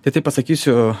tai taip pasakysiu